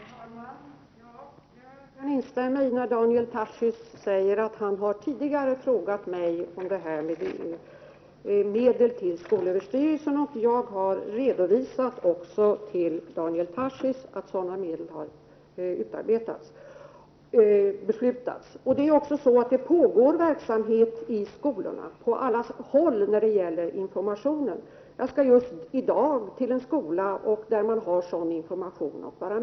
Herr talman! Jag kan instämma i Daniel Tarschys argumentering när han säger att han tidigare har frågat mig angående medlen till skolöverstyrelsen. Jag har också redovisat för Daniel Tarschys att man har fattat beslut om sådana medel, Det pågår informationsverksamhet i skolorna på alla håll. Jag skall just i dag till en skola för att vara med vid en sådan information.